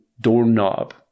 doorknob